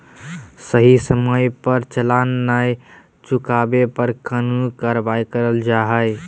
सही समय पर चालान नय चुकावे पर कानूनी कार्यवाही करल जा हय